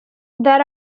there